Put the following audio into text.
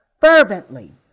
fervently